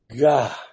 God